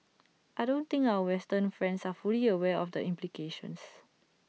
I don't think our western friends are fully aware of the implications